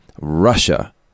Russia